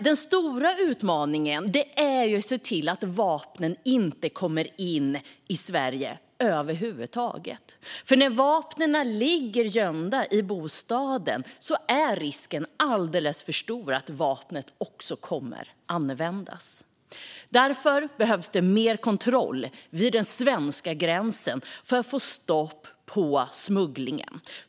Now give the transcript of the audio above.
Den stora utmaningen är dock att se till att vapen inte kommer in i Sverige över huvud taget. För när vapen ligger gömda i bostaden är risken alldeles för stor att de också kommer att användas. Därför behövs det mer kontroll vid den svenska gränsen för att få stopp på smugglingen.